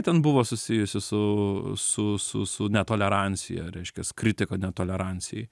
ten buvo susijusi su su su su netolerancija reiškias kritika netolerancijai